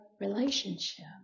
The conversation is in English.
relationship